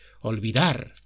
Olvidar